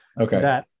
Okay